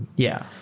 yeah.